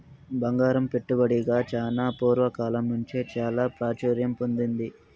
బంగారం పెట్టుబడిగా చానా పూర్వ కాలం నుంచే చాలా ప్రాచుర్యం పొందింది